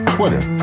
Twitter